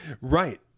Right